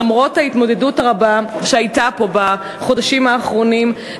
למרות ההתמודדות הרבה שהייתה פה בחודשים האחרונים,